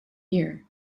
year